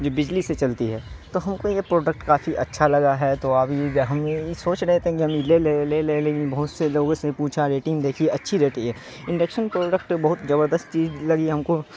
جو بجلی سے چلتی ہے تو ہم کو یہ پروڈکٹ کافی اچھا لگا ہے تو ابھی ہم یہ سوچ رہے تھے کہ ہم یہ لے لے لے لے لیکن بہت سے لوگوں سے پوچھا ریٹنگ دیکھی اچھی ریٹی ہے انڈکشن پروڈکٹ بہت زبردست چیز لگی ہم کو